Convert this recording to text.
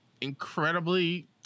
incredibly